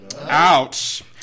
Ouch